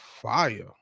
fire